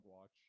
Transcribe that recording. watch